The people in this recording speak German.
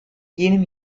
jenem